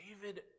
David